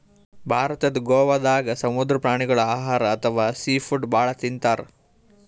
ಭಾರತದ್ ಗೋವಾದಾಗ್ ಸಮುದ್ರ ಪ್ರಾಣಿಗೋಳ್ ಆಹಾರ್ ಅಥವಾ ಸೀ ಫುಡ್ ಭಾಳ್ ತಿಂತಾರ್